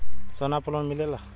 सोना पर लोन मिलेला?